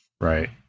Right